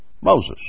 Moses